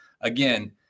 again